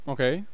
Okay